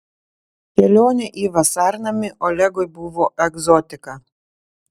kelionė į vasarnamį olegui buvo egzotika